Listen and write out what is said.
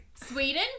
Sweden